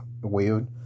weird